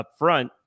upfront